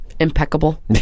impeccable